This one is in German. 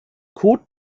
kot